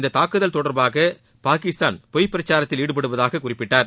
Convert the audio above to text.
இந்தத் தாக்குதல் தொடர்பாக பாகிஸ்தான் பொய் பிரச்சாரத்தில் ஈடுபடுவதாகக் குறிப்பிட்டார்